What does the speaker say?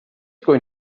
going